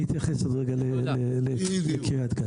אני אתייחס רגע לקריית גת.